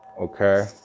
okay